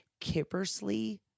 Kippersley